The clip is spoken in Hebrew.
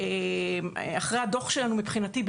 אחרי הדו"ח שלנו מבחינתי,